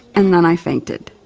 and then i fainted.